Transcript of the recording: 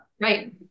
Right